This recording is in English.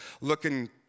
looking